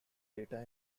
data